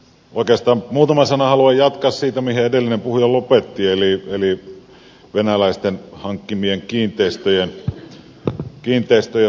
oikeastaan muutaman sanan haluan jatkaa siitä mihin edellinen puhuja lopetti eli venäläisten hankkimista kiinteistöistä suomessa